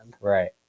Right